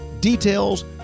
details